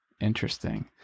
Interesting